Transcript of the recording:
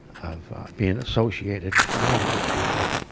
of being associated with a lot of good people.